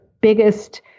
biggest